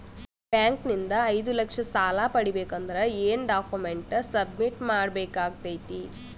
Bank ನಿಂದ ಐದು ಲಕ್ಷ ಸಾಲ ಪಡಿಬೇಕು ಅಂದ್ರ ಏನ ಡಾಕ್ಯುಮೆಂಟ್ ಸಬ್ಮಿಟ್ ಮಾಡ ಬೇಕಾಗತೈತಿ?